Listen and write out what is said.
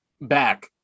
back